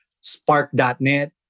Spark.NET